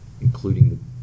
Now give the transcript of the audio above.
including